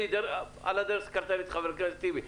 על הדרך הזכרת לי את חבר הכנסת טיבי.